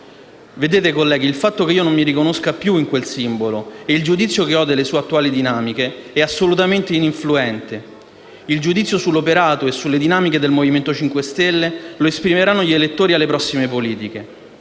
Vedete, colleghi, il fatto che non mi riconosca più in quel simbolo e il giudizio che ho delle sue attuali dinamiche sono assolutamente ininfluenti. Il giudizio sull'operato e sulle dinamiche del Movimento 5 Stelle lo esprimeranno gli elettori alle prossime politiche: